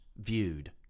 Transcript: viewed